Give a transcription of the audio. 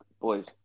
boys